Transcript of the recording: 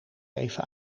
even